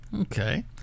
okay